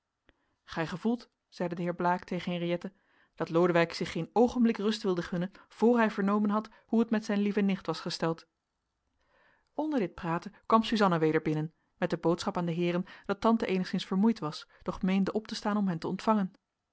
gij gevoelt zeide de heer blaek tegen henriëtte dat lodewijk zich geen oogenblik rust wilde gunnen voor hij vernomen had hoe het met zijn lieve nicht was gesteld onder dit praten kwam suzanna weder binnen met de boodschap aan de heeren dat tante eenigszins vermoeid was doch meende op te staan om hen te ontvangen